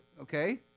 okay